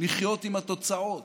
לחיות עם התוצאות.